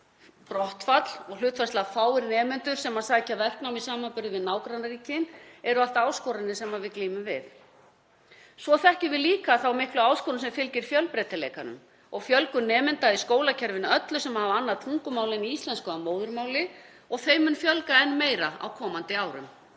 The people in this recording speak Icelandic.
brottfall og hlutfallslega fáir nemendur sem sækja verknám í samanburði við nágrannaríkin eru allt áskoranir sem við glímum við. Svo þekkjum við líka þá miklu áskorun sem fylgir fjölbreytileikanum og fjölgun nemenda í skólakerfinu öllu sem hafa annað tungumál en íslensku að móðurmáli, og þeim mun fjölga enn meira á komandi árum.